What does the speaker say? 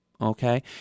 okay